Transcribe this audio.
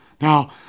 now